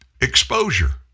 exposure